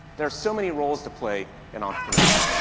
there are so many roles to play in entrepreneurs,